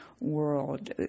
world